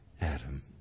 Adam